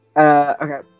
Okay